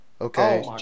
okay